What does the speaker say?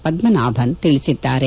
ಪದ್ಮನಾಭನ್ ತಿಳಿಸಿದ್ದಾರೆ